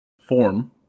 form